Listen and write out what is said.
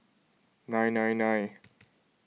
nine nine nine